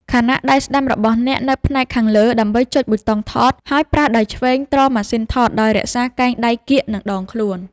ខណៈដៃស្ដាំរបស់អ្នកនៅផ្នែកខាងលើ ដើម្បីចុចប៊ូតុងថត ហើយប្រើដៃឆ្វេងទ្រម៉ាស៊ីនថតដោយរក្សាកែងដៃគៀក នឹងដងខ្លួន។